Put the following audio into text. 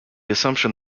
assumption